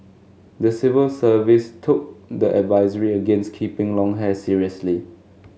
the civil service took the advisory against keeping long hair seriously